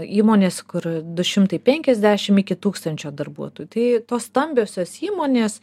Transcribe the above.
įmonėse kur du šimtai penkiasdešimt iki tūkstančio darbuotojų tai tos stambiosios įmonės